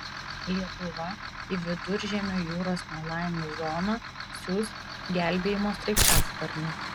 lietuva į viduržemio jūros nelaimių zoną siųs gelbėjimo sraigtasparnį